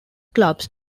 clubs